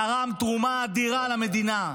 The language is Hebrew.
תרם תרומה אדירה למדינה.